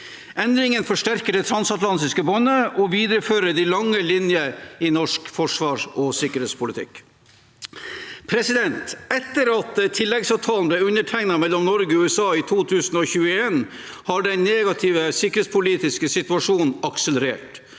Endringen forsterker det transatlantiske båndet og viderefører de lange linjer i norsk forsvars- og sikkerhetspolitikk. Etter at tilleggsavtalen ble undertegnet mellom Norge og USA i 2021, har den negative sikkerhetspolitiske situasjonen akselerert.